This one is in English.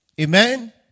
Amen